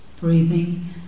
Breathing